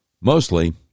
mostly